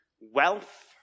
wealth